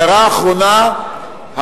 הערה אחרונה,